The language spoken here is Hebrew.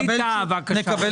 בבקשה.